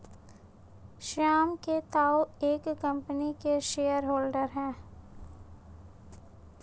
श्याम के ताऊ एक कम्पनी के शेयर होल्डर हैं